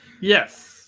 Yes